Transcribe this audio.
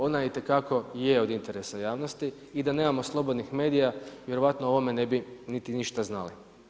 Ona je itekako je od interesa javnosti i da nemamo slobodnih medija, vjerojatno o ovome ne bi niti ništa znali.